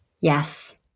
Yes